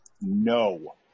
No